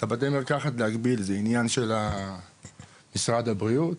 את בתי המרקחת להגביל זה עניין של משרד הבריאות,